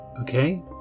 Okay